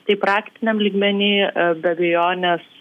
tai praktiniam lygmeny be abejonės